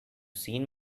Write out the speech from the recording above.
seen